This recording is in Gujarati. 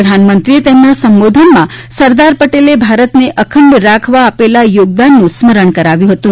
પ્રધાનમંત્રીએ તેમના સંબોધનમાં સરદાર પટેલે ભારતને અખંડ રાખવા આપેલાયોગદાનનું સ્મરણ કરાવ્યું હતું